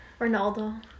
Ronaldo